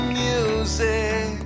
music